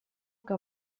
que